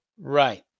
Right